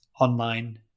online